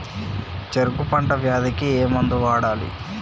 చెరుకు పంట వ్యాధి కి ఏ మందు వాడాలి?